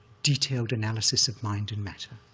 detailed analysis of mind and matter.